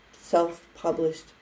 self-published